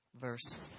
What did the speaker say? verse